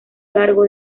largo